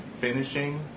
finishing